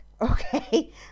okay